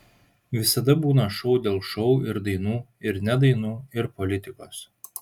visada būna šou dėl šou ir dainų ir ne dainų ir politikos